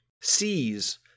sees